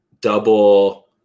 double